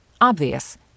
Obvious